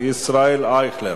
ישראל אייכלר.